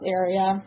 area